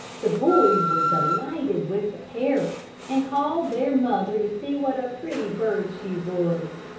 the boys were delighted with the parrot, and called their mother to see what a pretty bird she was.